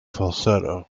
falsetto